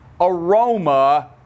aroma